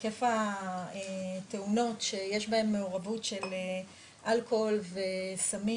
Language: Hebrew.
היקף התאונות שיש בהן מעורבות של אלכוהול וסמים